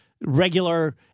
regular